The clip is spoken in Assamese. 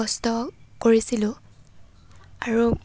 কষ্ট কৰিছিলোঁ আৰু